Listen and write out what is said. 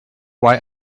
why